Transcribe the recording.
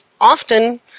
often